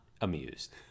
amused